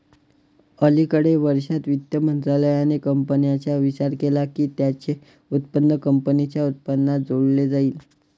अलिकडे वर्षांत, वित्त मंत्रालयाने कंपन्यांचा विचार केला की त्यांचे उत्पन्न कंपनीच्या उत्पन्नात जोडले जाईल